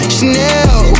Chanel